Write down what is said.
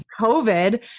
COVID